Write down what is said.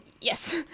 Yes